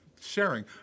sharing